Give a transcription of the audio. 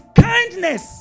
kindness